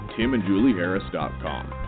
timandjulieharris.com